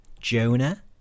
Jonah